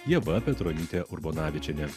ieva petronyte urbonavičiene